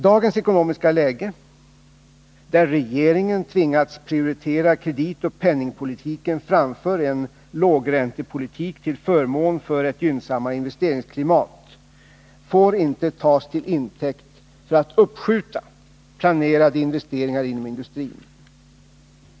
Dagens ekonomiska läge, där regeringen tvingats prioritera kreditoch penningpolitiken framför en lågräntepolitik, till förmån för ett gynnasammare investeringsklimat, får inte tas till intäkt för att uppskjuta planerade investeringar inom industrin.